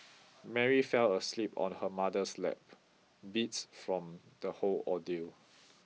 Mary fell asleep on her mother's lap beat from the whole ordeal